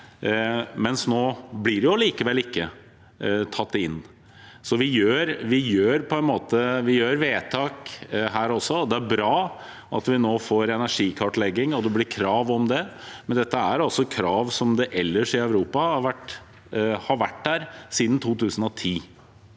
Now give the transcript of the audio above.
men nå blir det likevel ikke tatt inn. Vi gjør vedtak, og det er bra at vi nå får energikartlegging og krav om det, men dette er altså krav som ellers i Europa har vært der siden 2010.